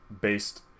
based